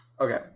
Okay